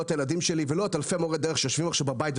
לא את הילדים שלי ולא את אלפי מורי הדרך שיושבים עכשיו בבית,